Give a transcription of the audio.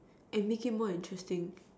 and make it more interesting